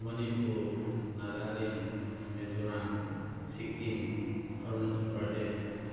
Manipur Nagaland Mizoram Sikkim Arunachal Pradesh